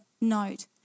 note